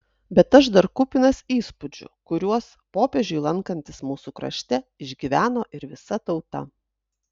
bet aš dar kupinas įspūdžių kuriuos popiežiui lankantis mūsų krašte išgyveno ir visa tauta